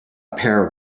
pair